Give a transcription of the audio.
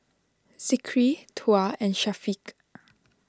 Zikri Tuah and Syafiq